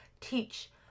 teach